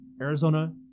Arizona